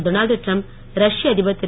Donald Trump ரஷ்ய அதிபர் திரு